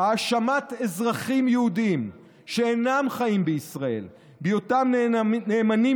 האשמת אזרחים יהודים שאינם חיים בישראל בהיותם נאמנים